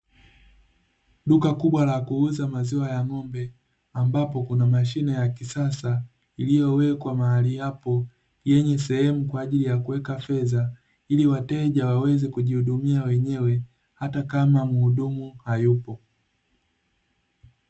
Duka kubwa la kuuza maziwa ya ng'ombe, ambapo kuna mashine ya kisasa iliyowekwa mahali hapo yenye sehemu kwa ajili ya kuweka fedha, ili wateja waweze kujihudumia wenyewe hata kama mhudumu hayupo.